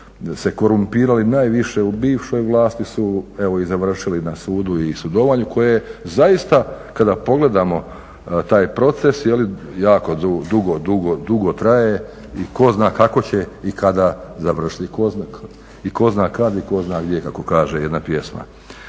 se korumpirali najviše u bivšoj vlasti su evo i završili na sudu i sudovanju koje zaista kada pogledamo taj proces jako dugo, dugo traje i ko zna kako će i kada završiti, i ko zna kad i ko zna gdje kako kaže jedna pjesma.